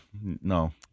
No